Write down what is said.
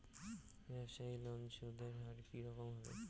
ব্যবসায়ী লোনে সুদের হার কি রকম হবে?